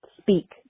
speak